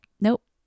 Nope